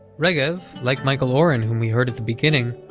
regev, like michael oren whom we heard at the beginning,